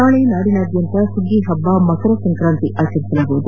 ನಾಳೆ ನಾಡಿನಾದ್ಯಂತ ಸುಗ್ಗಿ ಹಬ್ಬ ಮಕರ ಸಂಕ್ರಾಂತಿ ಆಚರಿಸಲಾಗುತ್ತದೆ